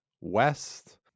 West